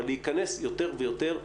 אבל להיכנס יותר ויותר לדיפרנציאלי.